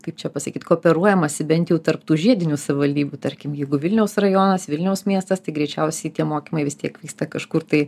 kaip čia pasakyt kooperuojamasi bent jau tarp tų žiedinių savivaldybių tarkim jeigu vilniaus rajonas vilniaus miestas tai greičiausiai tie mokymai vis tiek vyksta kažkur tai